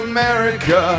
America